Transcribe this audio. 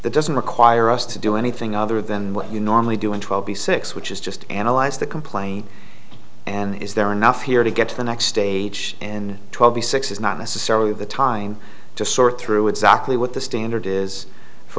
that doesn't require us to do anything other than what you normally do in twelve b six which is just analyze the complaint and is there enough here to get to the next stage in twelve the six is not necessarily the time to sort through exactly what the standard is for